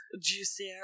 juicier